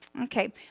Okay